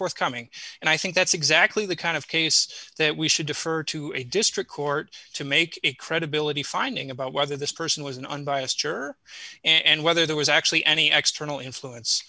forthcoming and i think that's exactly the kind of case that we should defer to a district court to make a credibility finding about whether this person was an unbiased sure and whether there was actually any external influence